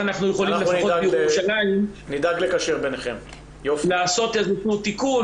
אנחנו יכולים לפחות בירושלים לעשות את אותו תיקון